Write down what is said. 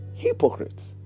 Hypocrites